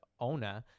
Ona